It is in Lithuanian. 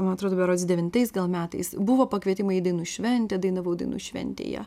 man atrodo berods devintais metais buvo pakvietimai į dainų šventę dainavau dainų šventėje